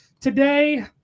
today